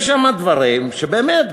יש שם דברים שבאמת,